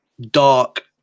dark